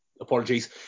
Apologies